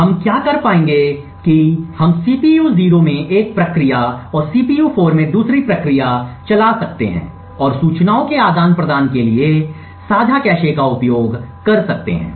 हम क्या कर पाएंगे हम सीपीयू 0 में एक प्रक्रिया और सीपीयू 4 में दूसरी प्रक्रिया चला सकते हैं और सूचनाओं के आदान प्रदान के लिए साझा कैश का उपयोग कर सकते हैं